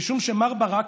משום שמר ברק,